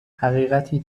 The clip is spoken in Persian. حقیقتی